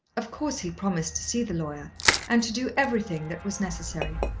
of course he promised to see the lawyer and to do everything that was necessary.